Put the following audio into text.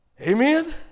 amen